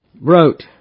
wrote